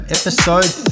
episode